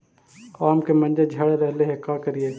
आम के मंजर झड़ रहले हे का करियै?